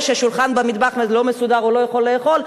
שהשולחן במטבח לא מסודר והוא לא יכול לאכול,